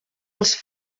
els